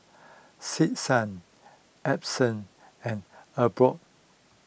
Stetson Essence and Albion